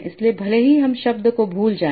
इसलिए भले ही हम इस शब्द को भूल जाएं